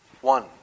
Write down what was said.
One